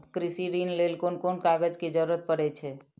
कृषि ऋण के लेल कोन कोन कागज के जरुरत परे छै?